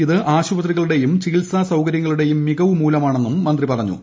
ഇത് ആശുപത്രികളുടെയും ചികിത്സാ സൌകരൃങ്ങളുടെയും മികവുമൂലമാണെന്നും മന്ത്രി പറഞ്ഞു